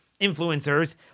influencers